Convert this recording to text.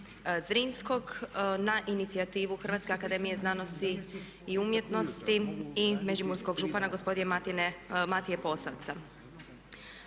na inicijativu Hrvatske akademije znanosti i umjetnosti i međimurskog župana gospodina Matije Posavca.